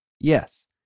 Yes